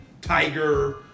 tiger